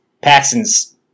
Paxton's